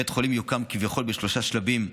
בית חולים יוקם כביכול בשלושה שלבים: